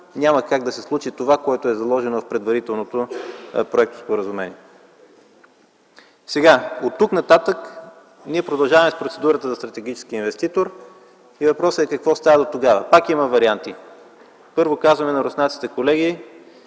няма как да се случи това, което е заложено в предварителното проектоспоразумение. Оттук нататък ние продължаваме с процедурата за стратегическия инвеститор. Въпросът е: какво става дотогава? Пак има варианти. Първо, казваме на руснаците: „Колеги,